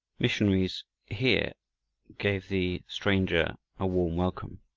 missionaries here gave the stranger a warm welcome.